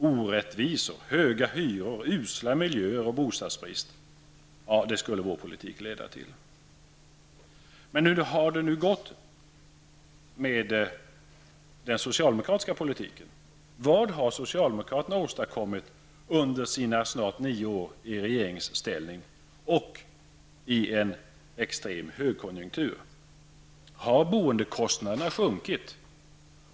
Orättvisor, höga hyror, usla miljöer och bostadsbrist skulle vår politik leda till. Hur har det nu gått med den socialdemokratiska politiken? Vad har socialdemokraterna åstadkommit under sina snart nio år i regeringsställning och i en extrem högkonjunktur? Har boendekostnaderna sjunkit?